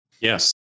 Yes